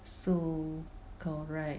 so correct